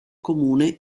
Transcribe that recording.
comune